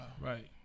Right